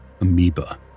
amoeba